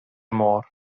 môr